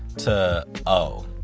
to oh,